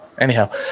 Anyhow